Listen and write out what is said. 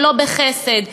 ולא בחסד,